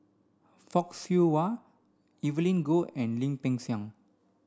Fock Siew Wah Evelyn Goh and Lim Peng Siang